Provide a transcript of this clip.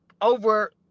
over